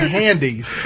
handies